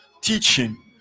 teaching